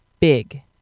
big